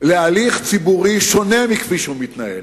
להליך ציבורי שונה מכפי שהוא מתנהל.